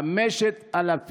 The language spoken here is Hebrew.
5,000 ילדים,